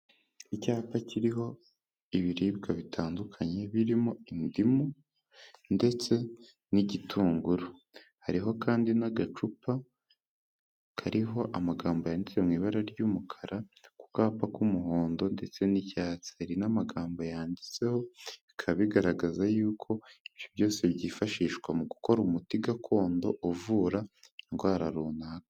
Icyapa kiriho ibiribwa bitandukanye, birimo indimu ndetse n'igitunguru, hariho kandi n'agacupa kariho amagambo yandika mu ibara ry'umukara, ku kapa k'umuhondo ndetse n'icyatsi, hari n'amagambo yanditseho, bikaba bigaragaza yuko ibyo byose byifashishwa mu gukora umuti gakondo uvura indwara runaka.